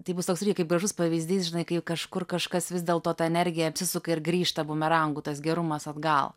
tai bus toks irgi kaip gražus pavyzdys žinai kai kažkur kažkas vis dėlto ta energija apsisuka ir grįžta bumerangu tas gerumas atgal